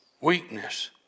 weakness